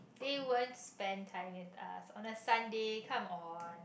they won't spend time with us on a Sunday come on